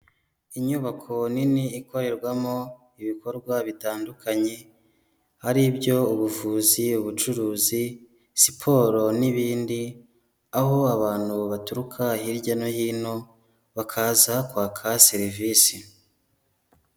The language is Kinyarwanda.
Inyubako nini ikorerwamo ibikorwa bitandukanye aribyo ubuvuzi, ubucuruzi, siporo n'ibindi; aho abantu baturuka hirya no hino bakaza kwaka serivisi.